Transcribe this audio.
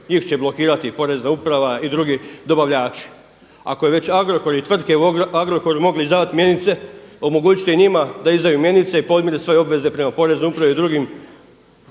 njih će blokirati Porezna uprava i drugi dobavljači. Ako je već Agrokor i tvrtke Agrokor mogli izdavati mjenice omogućite i njima da izdaju mjenice i podmire svoje obveze prema Poreznoj upravi i drugim